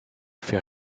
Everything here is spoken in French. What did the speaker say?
fait